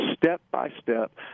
step-by-step